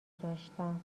داشتم